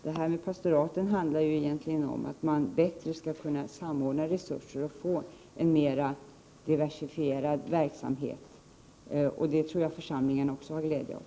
Det här med pastoraten handlar egentligen om att man bättre skall kunna samordna resurser och få en mera diversifierad verksamhet. Det tror jag att också församlingarna har glädje av.